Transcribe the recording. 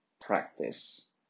practice